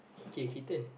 K he turn